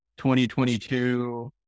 2022